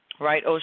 Right